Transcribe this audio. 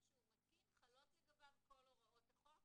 שהוא מתקין חלות לגביו כל הוראות החוק